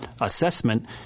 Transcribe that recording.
assessment